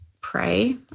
pray